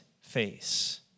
face